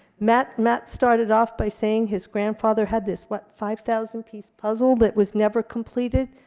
matt matt started off by saying his grandfather had this, what, five thousand piece puzzle that was never completed.